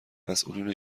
مسئولین